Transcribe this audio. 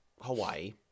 Hawaii